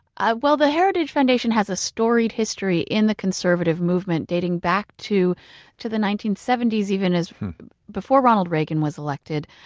ah well, the heritage foundation has a storied history in the conservative movement dating back to to the nineteen seventy s, even before ronald reagan was elected,